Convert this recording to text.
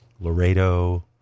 Laredo